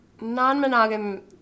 non-monogam